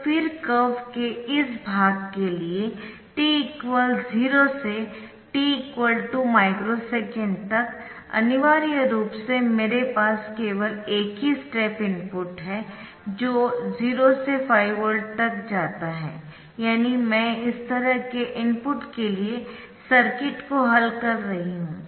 तो फिर कर्व के इस भाग के लिए t 0 से t 2 माइक्रो सेकेंड तक अनिवार्य रूप से मेरे पास केवल एक ही स्टेप इनपुट है जो 0 से 5 वोल्ट तक जाता है यानी मैं इस तरह के इनपुट के लिए सर्किट को हल कर रही हूं